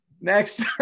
next